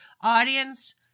audience